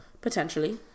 Potentially